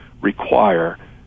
require